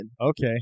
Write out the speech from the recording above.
Okay